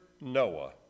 Noah